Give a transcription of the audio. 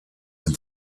and